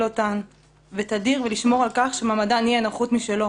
אותן תדיר ולשמור על כך שמעמדן יהיה נחות משלו